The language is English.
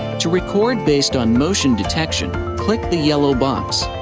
to record based on motion detection, click the yellow box.